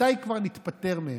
מתי כבר ניפטר מהם?